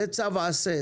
זה צו עשה.